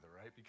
right